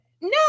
No